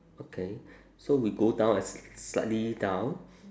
okay so we go down as slightly down